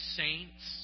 saints